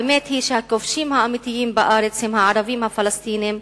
האמת היא שהכובשים האמיתיים בארץ הם הערבים הפלסטינים,